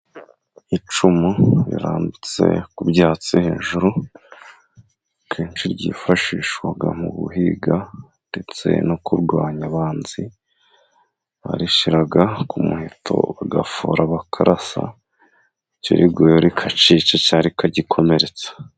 Icumu rirambitse ku byatsi hejuru kenshi ryifashishwaga mu guhiga ndetse no kurwanya abanzi, barishiraga ku muheto bagafora bakarasa icyo riguyeho rikacyica cyangwa rikagikomeretsa.